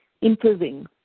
improving